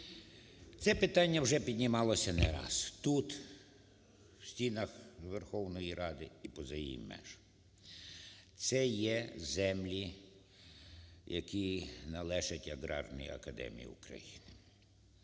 Це питання вже піднімалося не раз тут у стінах Верховної Ради і поза її межами. Це є землі, які належать Аграрній академії України.